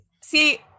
See